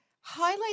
highlight